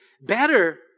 better